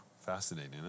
fascinating